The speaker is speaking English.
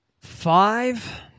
Five